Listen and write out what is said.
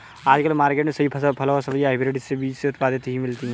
आजकल मार्केट में सभी फल और सब्जी हायब्रिड बीज से उत्पादित ही मिलती है